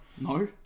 No